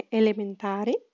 elementari